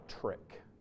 trick